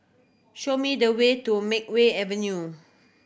show me the way to Makeway Avenue